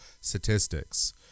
statistics